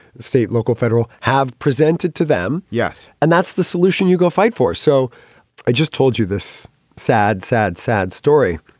state, local, federal have presented to them. yes. and that's the solution you go fight for. so i just told you this sad, sad, sad story.